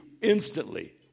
instantly